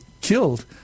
killed